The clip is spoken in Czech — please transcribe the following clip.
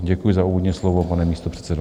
Děkuji za úvodní slovo, pane místopředsedo.